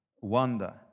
wonder